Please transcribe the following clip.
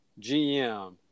GM